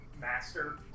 master